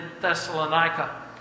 Thessalonica